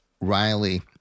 Riley